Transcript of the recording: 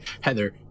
Heather